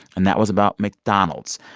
and that was about mcdonald's.